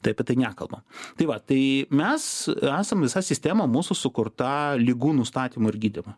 tai apie tai nekalba tai va tai mes esam visa sistema mūsų sukurta ligų nustatymo ir gydymo